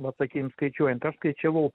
vat sakykim skaičiuojant aš skaičiavau